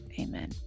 Amen